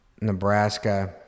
Nebraska